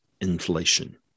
inflation